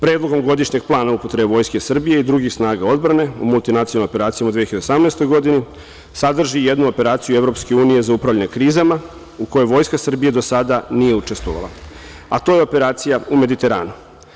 Predlog godišnjeg plana upotrebe Vojske Srbije i drugih snaga odbrane u multinacionalnim operacijama u 2018. godini sadrži jednu operaciju EU za upravljanje krizama, u kojoj Vojska Srbije do sada nije učestvovala, a to je operacija u Mediteranu.